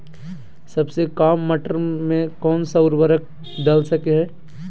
सबसे काम मटर में कौन सा ऊर्वरक दल सकते हैं?